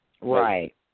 Right